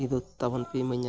ᱵᱤᱫᱩᱛ ᱛᱟᱵᱚᱱᱯᱮ ᱤᱢᱟᱹᱧᱟ